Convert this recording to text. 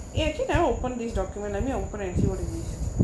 actually now open this document let me open and see what is this